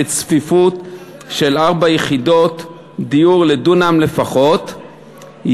בצפיפות של ארבע יחידות דיור לדונם לפחות,